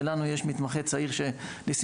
ולנו יש מתמחה צעיר שלשמחתי,